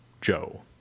Joe